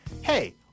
Hey